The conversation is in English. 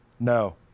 No